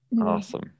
awesome